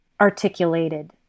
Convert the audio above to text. articulated